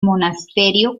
monasterio